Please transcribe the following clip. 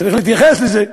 צריך להתייחס לזה.